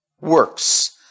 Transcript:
works